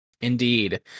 Indeed